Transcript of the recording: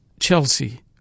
Chelsea